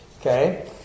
Okay